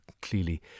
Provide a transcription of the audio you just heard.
clearly